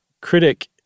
critic